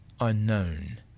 Unknown